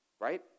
right